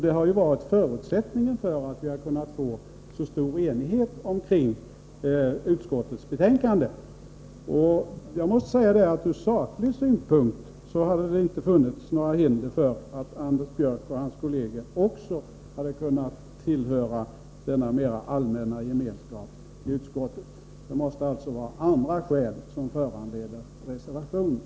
Det har varit förutsättningen för att vi har kunnat få en så stor enighet kring utskottets betänkande. Jag måste säga att det ur saklig synpunkt inte hade funnits några hinder för Anders Björck och hans kolleger att tillhöra denna mera allmänna gemenskap i utskottet. Det måste alltså ha varit andra skäl som föranlett reservationen.